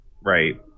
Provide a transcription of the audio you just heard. Right